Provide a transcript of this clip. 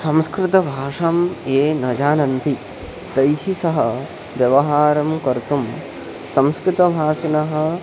संस्कृतभाषां ये न जानन्ति तैः सह व्यवहारं कर्तुं संस्कृतभाषिणः